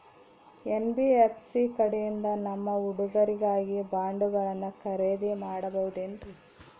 NBFC ಕಡೆಯಿಂದ ನಮ್ಮ ಹುಡುಗರಿಗಾಗಿ ಬಾಂಡುಗಳನ್ನ ಖರೇದಿ ಮಾಡಬಹುದೇನ್ರಿ?